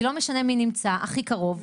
כי לא משנה מי נמצא הכי קרוב,